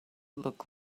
look